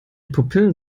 pupillen